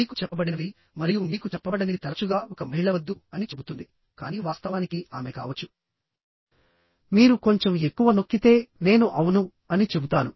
మీకు చెప్పబడినవి మరియు మీకు చెప్పబడనివి తరచుగా ఒక మహిళ వద్దు అని చెబుతుంది కానీ వాస్తవానికి ఆమె కావచ్చు మీరు కొంచెం ఎక్కువ నొక్కితే నేను అవును అని చెబుతాను